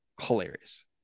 hilarious